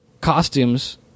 costumes